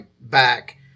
back